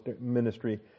ministry